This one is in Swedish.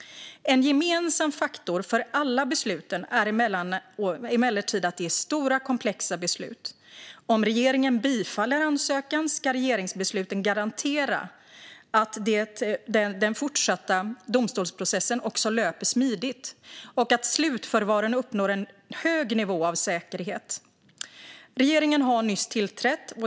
En gemensam faktor för alla besluten är emellertid att det är stora, komplexa beslut. Om regeringen bifaller ansökan ska regeringsbesluten garantera att den fortsatta domstolsprocessen löper smidigt och att slutförvaren uppnår en hög nivå av säkerhet. Regeringen har nyss tillträtt.